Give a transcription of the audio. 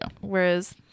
Whereas